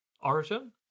origin